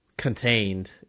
contained